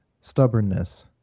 stubbornness